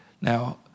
Now